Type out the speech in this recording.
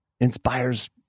inspires